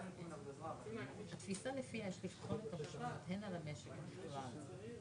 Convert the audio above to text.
כל אחת מהן כדי לטפל בנזקי הבולענים בשטחן.